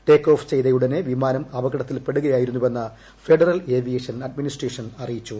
take off ചെയ്തയുടനെ വിമാനം അപകടത്തിൽപ്പെടുകയായിരുന്നുവെന്നു ഫെഡറൽ ഏവിയേഷൻ അഡ്മിനിസ്ട്രേഷൻ ്അറിയിച്ചു